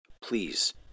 Please